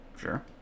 Sure